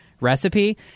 recipe